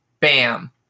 Bam